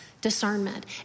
discernment